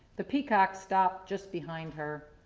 the peacock stopped just behind her.